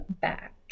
back